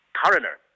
coroner